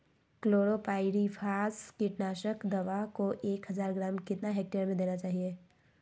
Chlorpyrifos कीटनाशक दवा को एक हज़ार ग्राम कितना हेक्टेयर में देना चाहिए?